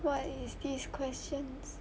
what is this questions